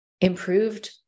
improved